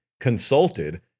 consulted